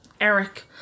Eric